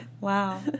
Wow